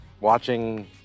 Watching